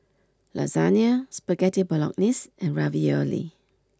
Lasagna Spaghetti Bolognese and Ravioli